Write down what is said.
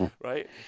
right